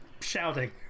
shouting